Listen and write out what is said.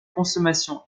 consommation